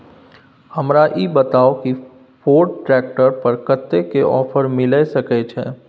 हमरा ई बताउ कि फोर्ड ट्रैक्टर पर कतेक के ऑफर मिलय सके छै?